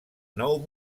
nou